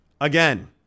again